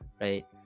right